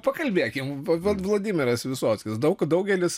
pakalbėkim vladimiras vysockis daug daugelis